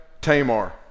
Tamar